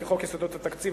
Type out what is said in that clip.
לפי חוק יסודות התקציב,